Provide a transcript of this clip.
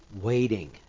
waiting